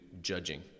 judging